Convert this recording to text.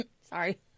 Sorry